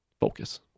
focus